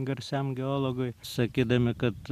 garsiam geologui sakydami kad